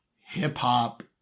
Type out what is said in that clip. hip-hop